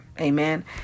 Amen